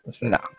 No